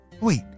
Wait